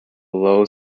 low